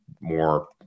more